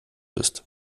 bist